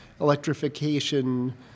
electrification